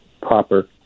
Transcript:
proper